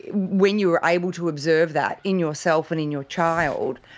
when you're able to observe that in yourself and in your child,